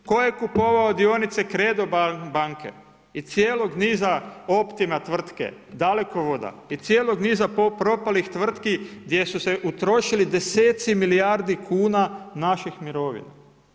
Tko je kupovao dionice Kredo banke i cijelog niza Optima tvrtke, Dalekovoda i cijelog niza propalih tvrtki gdje su se utrošili deseci milijardi kuna naših mirovina.